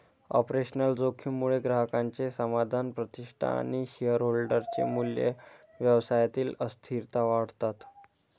operational जोखीम मुळे ग्राहकांचे समाधान, प्रतिष्ठा आणि शेअरहोल्डर चे मूल्य, व्यवसायातील अस्थिरता वाढतात